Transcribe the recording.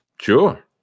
Sure